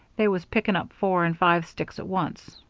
they was picking up four and five sticks at once.